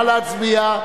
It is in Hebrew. נא להצביע.